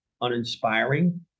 uninspiring